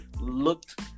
looked